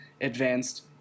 advanced